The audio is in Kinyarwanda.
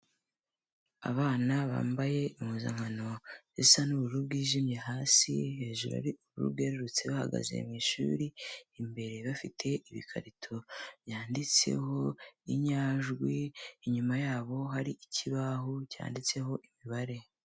Abana bambaye impuzankano zisa n'ubururu bwijimye hasi, hejuru ari ubururu bwererutse bahagaze mu ishuri, imbere bafite ibikarito byanditseho inyajwi, inyuma yabo hari ikibaho cyanditseho imibare.